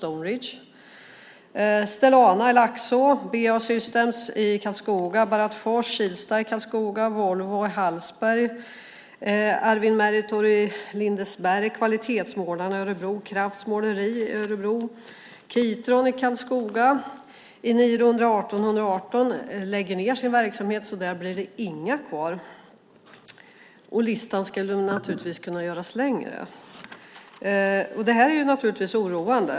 Anställda har också varslats på Stellana i Laxå, BAE Systems i Karlskoga, Bharat Forge Kilsta i Karlskoga, Volvo i Hallsberg, Arvin Meritor i Lindesberg, Kvalitetsmålarn i Örebro, Krafft Måleri i Örebro och Kitron i Karlskoga. Eniro 118 118 lägger ned sin verksamhet, så där blir det inga kvar. Listan skulle naturligtvis kunna göras längre. Det här är naturligtvis oroande.